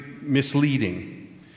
misleading